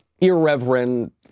irreverent